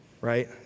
right